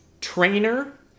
trainer